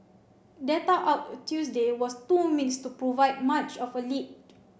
data out Tuesday was too mixed to provide much of a lead